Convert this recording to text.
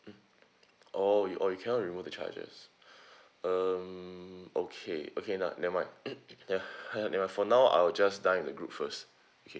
mm oh you oh you cannot remove the charges um okay okay now never mind mm ya never mind for now I will just dine with group first okay